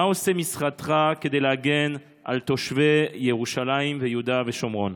מה עושה משרדך על מנת להגן על תושבי ירושלים ויהודה ושומרון?